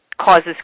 causes